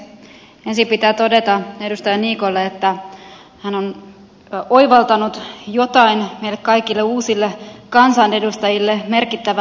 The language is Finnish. ensin pitää todeta edustaja niikolle että hän on oivaltanut jotain meille kaikille uusille kansanedustajille merkittävää asiaa